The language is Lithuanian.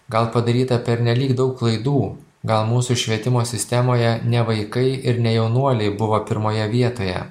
gal padaryta pernelyg daug klaidų gal mūsų švietimo sistemoje ne vaikai ir ne jaunuoliai buvo pirmoje vietoje